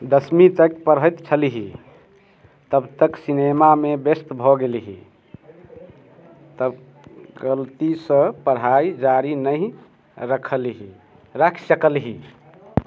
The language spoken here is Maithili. दशमी तक पढ़ैत छलही तब तक सिनेमामे व्यस्त भऽ गेलही तब गलतीसँ पढ़ाइ जारी नहि रखलही रखि सकलही